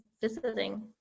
visiting